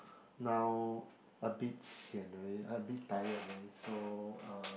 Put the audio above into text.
now a bit sian already a bit tired already so uh